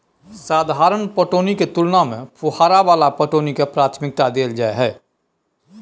साधारण पटौनी के तुलना में फुहारा वाला पटौनी के प्राथमिकता दैल जाय हय